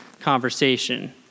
conversation